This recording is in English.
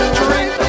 drink